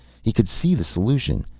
he could see the solution.